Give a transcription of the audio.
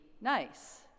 nice